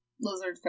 lizard